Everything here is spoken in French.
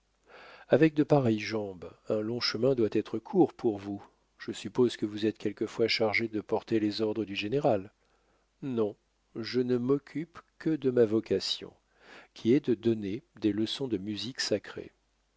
avec de pareilles jambes un long chemin doit être court pour vous je suppose que vous êtes quelquefois chargé de porter les ordres du général non je ne m'occupe que de ma vocation qui est de donner des leçons de musique sacrée